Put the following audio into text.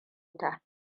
ta